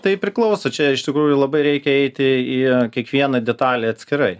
tai priklauso čia iš tikrųjų labai reikia eiti į kiekvieną detalę atskirai